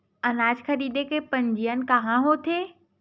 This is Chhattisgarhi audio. अनाज खरीदे के पंजीयन कहां होथे?